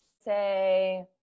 say